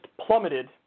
plummeted